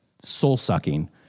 soul-sucking